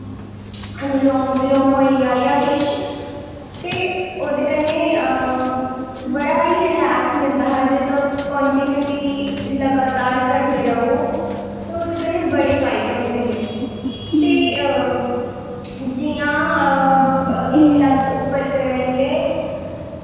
अनुलोम बिलोम होईया जां किश ते ओह्दे कन्नैं बड़ा गै रिलैक्स मिलदा हा कि तुस कांटिन्युटी लगातार करदे रवो ते ओह्दे कन्नैं बड़े फायदे होंदे हे ते जियां इक लत्त उप्पर करियै